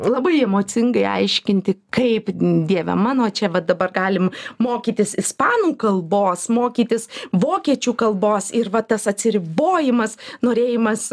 labai emocingai aiškinti kaip dieve mano čia va dabar galim mokytis ispanų kalbos mokytis vokiečių kalbos ir va tas atsiribojimas norėjimas